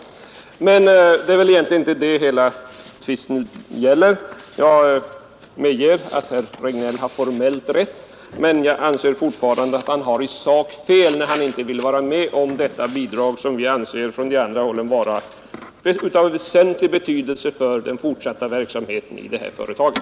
Det är egentligen inte det hela tvisten gäller. Jag medger att herr Regnéll har formellt rätt, men jag anser fortfarande att han har fel i sak, när han inte vill vara med om att bevilja detta bidrag, som vi från de andra partiernas sida anser vara av väsentlig betydelse för den fortsatta verksamheten i det aktuella företaget.